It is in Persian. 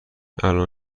الان